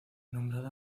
nombrada